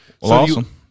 Awesome